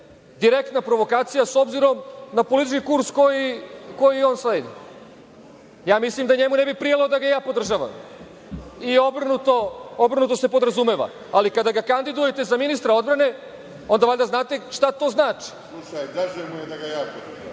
direktna provokacija s obzirom na politički kurs koji on sledi. Ja mislim da njemu ne bi prijalo da ga ja podržavam i obrnuto se podrazumeva. Ali kada ga kandidujete za ministra odbrane, onda valjda znate šta to znači. Kada gospodina Popovića